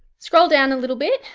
scroll down a little bit,